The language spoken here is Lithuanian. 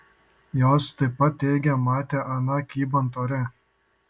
jos taip pat teigė matę aną kybant ore